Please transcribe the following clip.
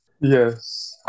yes